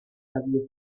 radio